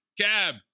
cab